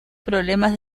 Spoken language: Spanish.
problemas